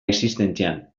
existentzian